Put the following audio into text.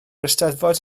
eisteddfod